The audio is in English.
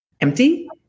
empty